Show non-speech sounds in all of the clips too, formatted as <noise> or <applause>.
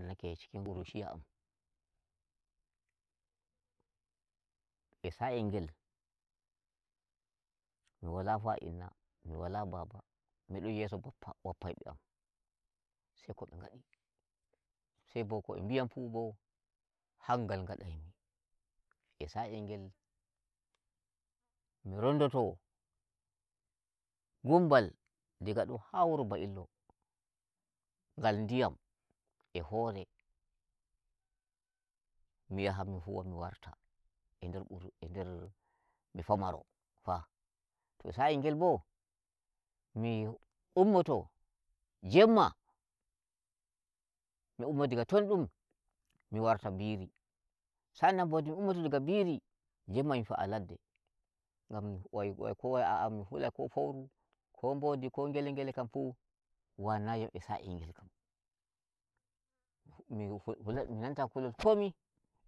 ?a nake shikin kuruciya am, e sa'iyel ngel mi wala fa inna, mi wala baba mi don yeso bappa bappa be am, sai ko nbe ngadi. sai bo ko nbe mbi yam fuu hangal ngadai mi. e sa'iyel ngel mi rondo to gumbal diga do har wuro ba'illo ngal ndiyam e hore, mi yaha mi huwa mi warta e nder quru ender mi famaro fa. To sa'iyel ngel bo mi ummoto Jemma, mi ummoya diga ton dum mi warta biri, sa'an nan bo to mi ummoto daga biri jemma mi fa'a ladde, ngam wai wai ki wai a'a mi hulai ko fouru ko nbodi ko ngel ngele kam fu wannayi yam e sa'iyel ngel kam, mi fu mi <noise> mufulai minanta kulol komi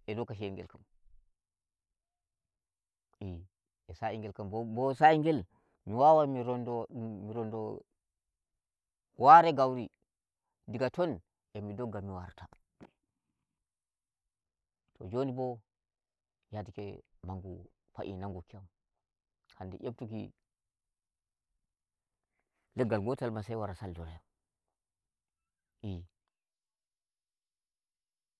e lokaciyel ngel kam ey, e sa'iyel ngel kam bo bo sa'i ngel mi wawai mi rondo dun mi rondo ware gauri, diga ton e'mi dogga mi warta. <noise> To joni bo yadake mangu fa'i nanguki yam, hande yabtuki leggal gotal ma sai wara saldoro yam eey.